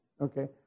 okay